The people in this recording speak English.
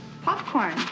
popcorn